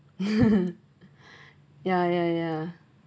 ya ya ya